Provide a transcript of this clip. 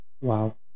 Wow